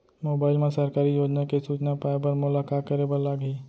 mobile मा सरकारी योजना के सूचना पाए बर मोला का करे बर लागही